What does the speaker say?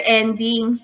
ending